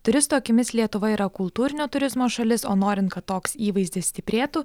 turisto akimis lietuva yra kultūrinio turizmo šalis o norint kad toks įvaizdis stiprėtų